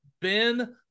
Ben